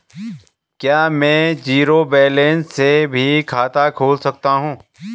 क्या में zero balance से भी खाता खोल सकता हूँ?